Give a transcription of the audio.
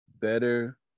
better